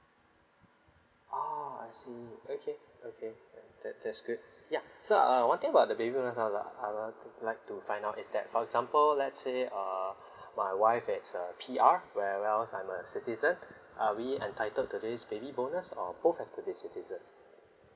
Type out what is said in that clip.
oh I see okay okay that that's good yeah so err one thing about the baby bonus I'd like I'd like t~ like to find out is that for example let's say uh my wife is a P_R whereas I'm a citizen are we entitled to this baby bonus or both have to be citizen